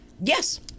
Yes